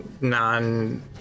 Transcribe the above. non